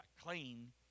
clean